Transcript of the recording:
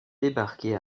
débarqués